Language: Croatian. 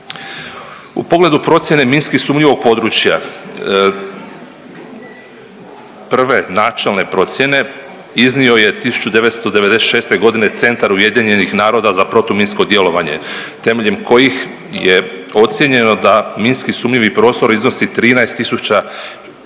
U pogledu procjene minski sumnjivog područja prve, načelne procjene iznio je 1996. godine Centar Ujedinjenih naroda za protuminsko djelovanje temeljem kojih je ocijenjeno da minski sumnji prostor iznosi 13000 km2